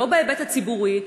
לא בהיבט הציבורי,